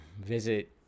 visit